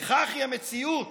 וכך היא המציאות